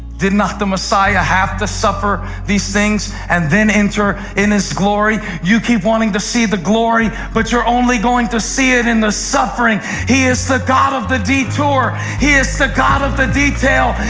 did not the messiah have to suffer these things and then enter in his glory? you keep wanting to see the glory, but you're only going to see it in the suffering. he is the god of the detour. he is the god of the detail.